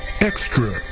Extra